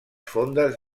fondes